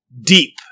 deep